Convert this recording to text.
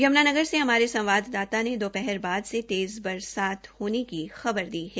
यम्नानगार से हमारे संवाददाता ने दोपहर बाद से तेज़ बरसात होने की खबर दी है